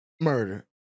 murder